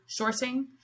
sourcing